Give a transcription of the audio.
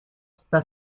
está